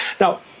Now